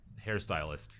hairstylist